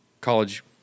college